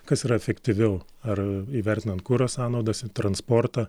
kas yra efektyviau ar įvertinant kuro sąnaudas ir transportą